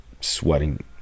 sweating